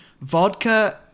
vodka